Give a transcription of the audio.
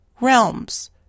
realms